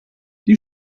die